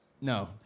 No